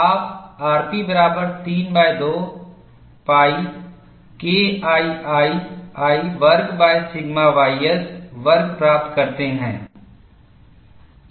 आप rp बराबर 32 pi KIII वर्ग सिग्मा ys वर्ग प्राप्त करते हैं